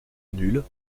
nulle